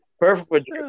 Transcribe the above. Perfect